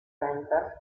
centre